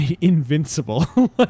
invincible